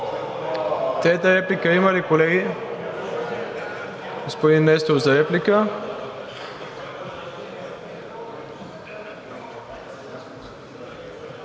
Трета реплика има ли, колеги? Господин Несторов – за реплика.